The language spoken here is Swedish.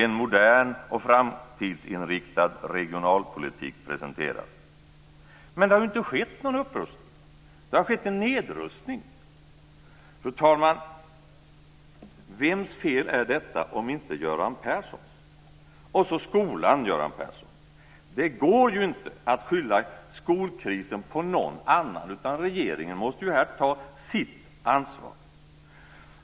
En modern och framtidsinriktad regionalpolitik presenteras." Men det har ju inte skett någon upprustning. Det har skett en nedrustning. Fru talman! Vems fel är detta om inte Göran Perssons? Och så skolan, Göran Persson. Det går ju inte att skylla skolkrisen på någon annan, utan regeringen måste här ta sitt ansvar.